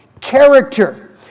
character